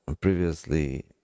previously